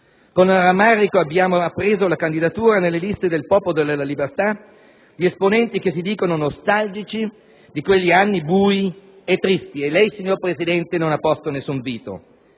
Con rammarico abbiamo appreso la candidatura nelle liste del Popolo della Libertà di esponenti che si dicono nostalgici di quegli anni bui e tristi e lei, signor Presidente, non ha posto alcun veto.